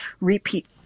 repeat